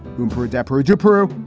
hooper, adepero de peru.